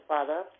Father